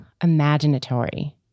imaginatory